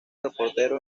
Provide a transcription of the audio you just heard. reportero